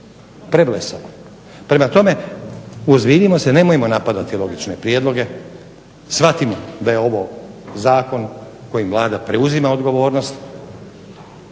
preblesavo. Prema tome, uozbiljimo se nemojmo napadati logične prijedloge. Shvatimo da je ovo zakon kojim Vlada preuzima odgovornost,